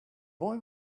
boy